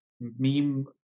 meme